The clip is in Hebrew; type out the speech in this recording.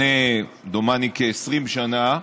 דומני, לפני כ-20 שנה,